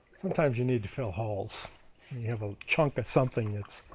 sometimes you need to fill holes. and you have a chunk of something that's